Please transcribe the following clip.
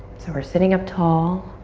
so we're sitting up tall.